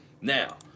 Now